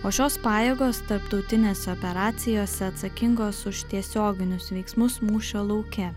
o šios pajėgos tarptautinėse operacijose atsakingos už tiesioginius veiksmus mūšio lauke